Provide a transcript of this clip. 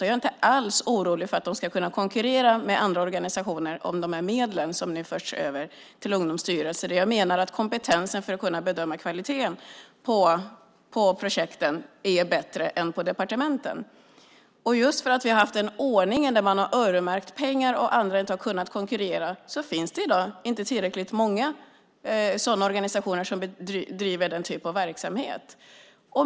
Jag är inte alls orolig för om de ska kunna konkurrera med andra organisationer om de medel som nu förs över till Ungdomsstyrelsen. Jag menar att kompetensen för att bedöma kvaliteten på projekten är bättre där än på departementen. Just för att det har varit en ordning med öronmärkta pengar och andra inte har kunnat konkurrera finns i dag inte tillräckligt många sådana organisationer som bedriver den typen av verksamhet.